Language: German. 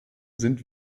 sind